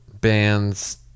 bands